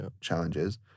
challenges